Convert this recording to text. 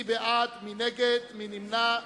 מי בעד, מי נגד, מי נמנע?